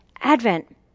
Advent